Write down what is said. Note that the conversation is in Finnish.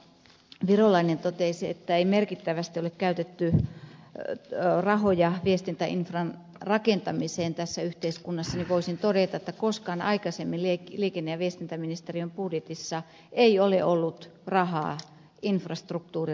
virolainen totesi että ei merkittävästi ole käytetty rahoja viestintäinfran rakentamiseen tässä yhteiskunnassa niin voisin todeta että koskaan aikaisemmin liikenne ja viestintäministeriön budjetissa ei ole ollut rahaa infrastruktuurin rakentamiseen